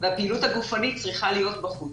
והפעילות הגופנית צריכה להיות בחוץ.